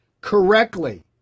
correctly